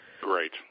Great